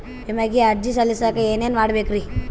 ವಿಮೆಗೆ ಅರ್ಜಿ ಸಲ್ಲಿಸಕ ಏನೇನ್ ಮಾಡ್ಬೇಕ್ರಿ?